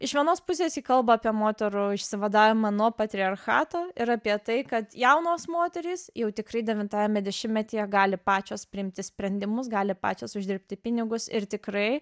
iš vienos pusės kalba apie moterų išsivadavimą nuo patriarchato ir apie tai kad jaunos moterys jau tikrai devintajame dešimtmetyje gali pačios priimti sprendimus gali pačios uždirbti pinigus ir tikrai